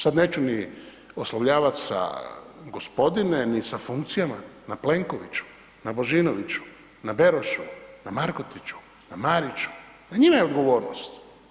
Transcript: Sad neću ni oslovljavat sa gospodine ni sa funkcijama, na Plenkoviću, na Božinoviću, na Berošu, na Markotiću, na Marića, na njima je odgovornost.